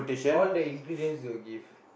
all the ingredients they will give